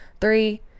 three